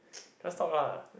just talk lah